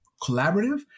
collaborative